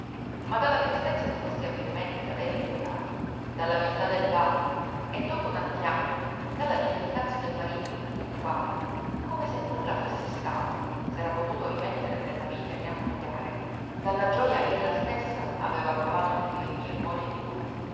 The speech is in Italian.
ma dalla tristezza di questi avvenimenti da lei rievocati dalla viltà del valli e dopo tanti anni dalla dimenticanza del marito il quale come se nulla fosse stato s'era potuto rimettere nella vita e riammogliare dalla gioja che ella stessa aveva provato nel divenir moglie di lui